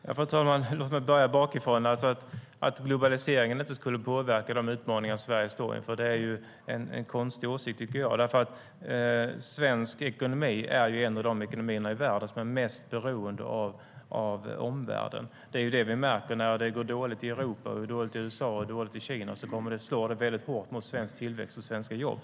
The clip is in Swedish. Fru talman! Låt mig börja bakifrån. Jag tycker att det är en konstig åsikt att globaliseringen inte skulle påverka de utmaningar som Sverige står inför. Svensk ekonomi är en av de ekonomier i världen som är mest beroende av omvärlden. Det är det vi märker; när det går dåligt i Europa, i USA och i Kina slår det hårt mot svensk tillväxt och svenska jobb.